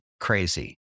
crazy